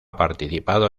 participado